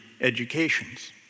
educations